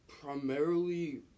Primarily